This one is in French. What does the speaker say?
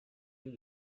yeux